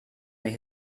they